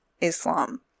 Islam